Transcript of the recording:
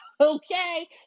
Okay